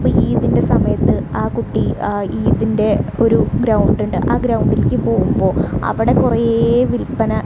അപ്പോൾ ഈദിൻ്റെ സമയത്ത് ആ കുട്ടി ഈദിൻ്റെ ഒരു ഗ്രൗണ്ടുണ്ട് ആ ഗ്രൗണ്ടിലേക്കു പോകുമ്പോൾ അവിടെ കുറേ വിൽപ്പന